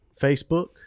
Facebook